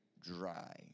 dry